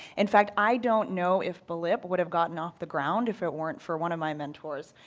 in fact, i don't know if blip would have gotten off the ground if it weren't for one of my mentors.